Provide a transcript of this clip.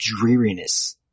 Dreariness